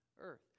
earth